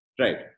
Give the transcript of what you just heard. right